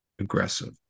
aggressive